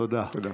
תודה.